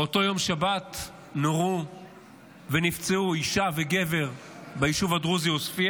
באותו יום שבת נורו ונפצעו אישה וגבר ביישוב הדרוזי עוספיא